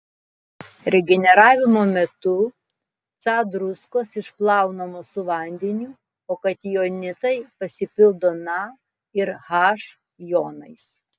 regeneravimo metu ca druskos išplaunamos su vandeniu o katijonitai pasipildo na ir h jonais